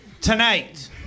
tonight